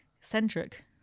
centric